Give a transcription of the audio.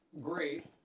great